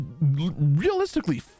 realistically